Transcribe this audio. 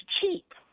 cheap